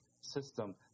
system